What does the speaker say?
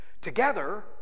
together